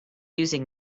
using